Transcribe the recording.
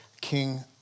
King